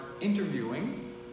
interviewing